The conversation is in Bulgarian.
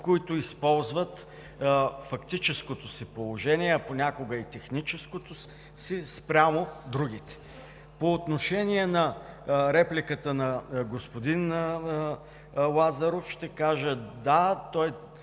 които използват фактическото си положение, а понякога – и техническото си, спрямо другите. По отношение репликата на господин Лазаров, ще кажа – да, той